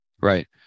right